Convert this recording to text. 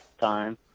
time